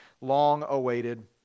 long-awaited